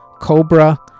Cobra